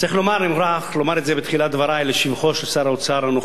אני מוכרח לומר את זה בתחילת דברי לשבחו של שר האוצר הנוכחי.